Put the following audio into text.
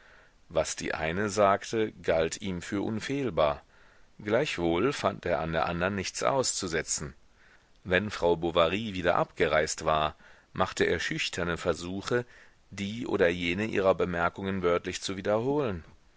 was die eine sagte galt ihm für unfehlbar gleichwohl fand er an der andern nichts auszusetzen wenn frau bovary wieder abgereist war machte er schüchterne versuche die oder jene ihrer bemerkungen wörtlich zu wiederholen